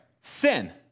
Sin